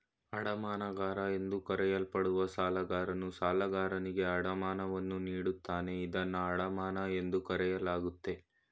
ಅಡಮಾನಗಾರ ಎಂದು ಕರೆಯಲ್ಪಡುವ ಸಾಲಗಾರನು ಸಾಲಗಾರನಿಗೆ ಅಡಮಾನವನ್ನು ನೀಡುತ್ತಾನೆ ಇದನ್ನ ಅಡಮಾನ ಎಂದು ಕರೆಯಲಾಗುತ್ತೆ